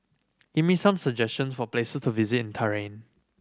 give me some suggestions for place to visit in Tehran